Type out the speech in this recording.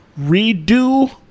redo